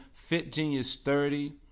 FitGenius30